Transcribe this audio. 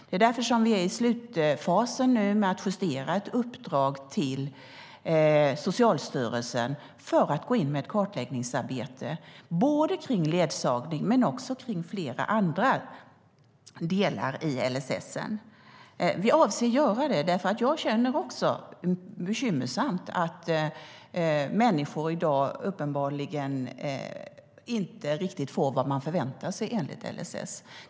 Det är därför som vi är i slutfasen med att justera ett uppdrag till Socialstyrelsen om att göra ett kartläggningsarbete kring ledsagning och kring flera andra delar i LSS. Vi avser att göra det, därför att jag känner att det är bekymmersamt att människor i dag uppenbarligen inte riktigt får vad de förväntar sig att de ska få enligt LSS.